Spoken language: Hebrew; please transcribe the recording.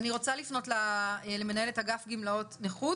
אני רוצה לפנות למנהלת אגף גימלאות נכות